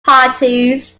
parties